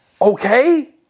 Okay